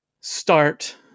start